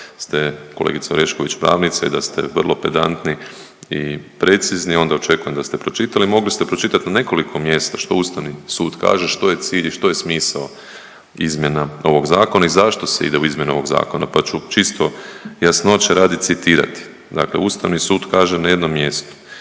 ste kolegice Orešković pravnica i da ste vrlo pedantni i precizni onda očekujem da ste pročitali, mogli ste pročitati na nekoliko mjesta što Ustavni sud kaže što je cilj i što je smisao izmjena ovog zakona i zašto se ide u izmjene ovog zakona, pa ću čisto jasnoće radi citirati. Dakle, Ustavni sud kaže na jednom mjestu